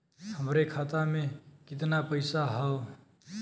हमरे खाता में कितना पईसा हौ?